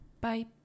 Bye